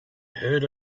heard